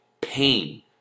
pain